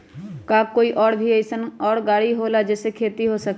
का कोई और भी अइसन और गाड़ी होला जे से खेती हो सके?